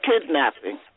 kidnapping